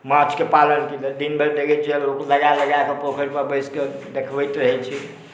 माँछके पालन केलक दिनभरि देखै छिए लोक लागल रहैए लऽ जाकऽ पोखरिपर बैसिकऽ देखबैत रहै छी